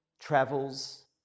travels